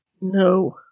No